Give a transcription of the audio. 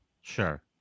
Sure